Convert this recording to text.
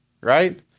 Right